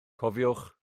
cofiwch